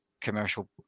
commercial